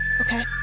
Okay